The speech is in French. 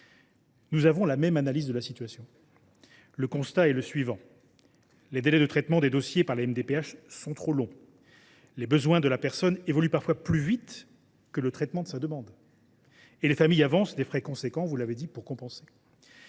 Nous faisons la même analyse de la situation. Le constat est le suivant : les délais de traitement des dossiers par les MDPH sont trop longs. Les besoins de la personne évoluent parfois plus vite que le traitement de sa demande et les familles avancent des frais de taille pour compenser.